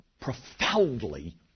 profoundly